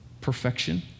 perfection